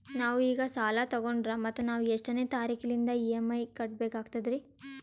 ನಾವು ಈಗ ಸಾಲ ತೊಗೊಂಡ್ರ ಮತ್ತ ನಾವು ಎಷ್ಟನೆ ತಾರೀಖಿಲಿಂದ ಇ.ಎಂ.ಐ ಕಟ್ಬಕಾಗ್ತದ್ರೀ?